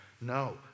No